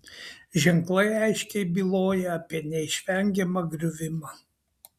ženklai aiškiai byloja apie neišvengiamą griuvimą